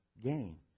gain